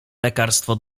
lekarstwo